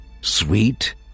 Sweet